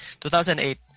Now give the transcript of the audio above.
2008